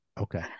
okay